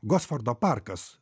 gosfordo parkas